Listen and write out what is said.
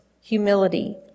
humility